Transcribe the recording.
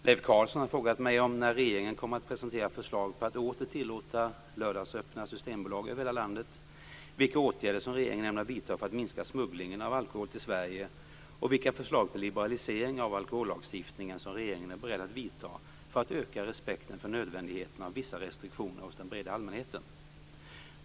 Leif Carlson har frågat mig när regeringen kommer att presentera förslag på att åter tillåta lördagsöppna systembolag över hela landet, vilka åtgärder regeringen ämnar vidta för att minska smugglingen av alkohol till Sverige samt om vilka förslag på liberaliseringar av alkohollagstiftningen som regeringen är beredd att vidta för att öka respekten för nödvändigheten av vissa restriktioner hos den breda allmänheten.